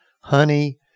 honey